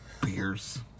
Beers